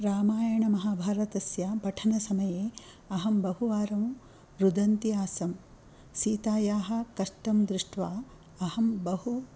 रामायणमहाभारतस्य पठनसमये अहं बहुवारं रुदन्ती आसं सीतायाः कष्टं दृष्ट्वा अहं बहु